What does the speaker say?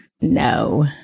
no